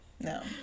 No